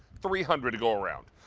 three hundred to go around.